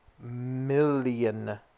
million